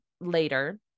later